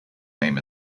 name